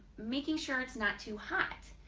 making sure it's not too hot,